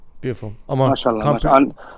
beautiful